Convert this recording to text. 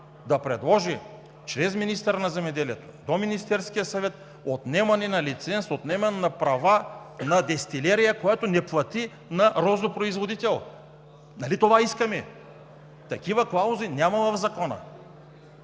да предложи чрез министъра на земеделието до Министерския съвет отнемане на лиценз, отнемане на права на дестилерия, която не плати на розопроизводител. Нали това искаме? Такива клаузи няма в Закона!